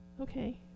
Okay